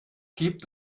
gibt